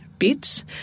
bits